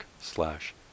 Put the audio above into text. slash